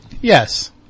Yes